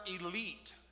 elite